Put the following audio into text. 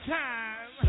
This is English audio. time